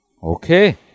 Okay